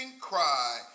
cry